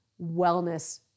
wellness